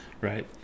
right